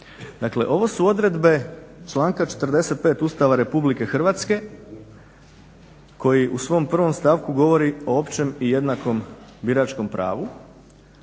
Dakle, ovo su odredbe članka 45. Ustava RH koji u svom prvom stavku govori o općem i jednakom biračkom pravu,